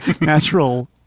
natural